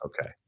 okay